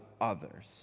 others